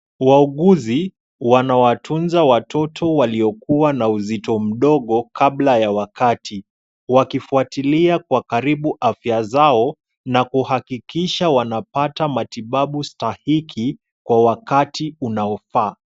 Wauguzi wanawatunza watoto waliokuwa na uzito mdogo kabla ya wakati wakifuatilia kwa karibu afya zao na kuhakikisha wanapata matibabu stahiki kwa wakati unaofaa.